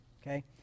okay